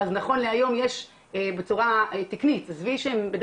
אזורי ואז המדינה פתחה עיניים והבינה שהיא צריכה תחרות והיא החליטה